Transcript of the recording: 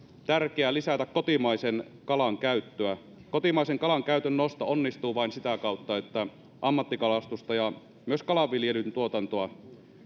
tärkeää lisätä kotimaisen kalan käyttöä kotimaisen kalan käytön nosto onnistuu vain sitä kautta että ammattikalastusta ja myös kalanviljelytuotantoa